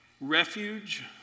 refuge